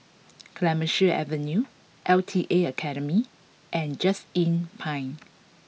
Clemenceau Avenue L T A Academy and Just Inn Pine